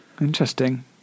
interesting